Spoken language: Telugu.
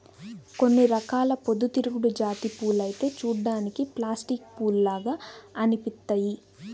కొన్ని రకాల పొద్దుతిరుగుడు జాతి పూలైతే చూడ్డానికి ప్లాస్టిక్ పూల్లాగా అనిపిత్తయ్యి